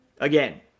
Again